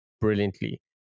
brilliantly